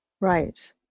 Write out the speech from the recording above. Right